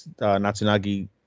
natsunagi